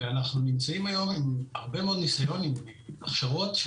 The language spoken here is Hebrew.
ואנחנו נמצאים היום עם הרבה מאוד ניסיון עם הכשרות של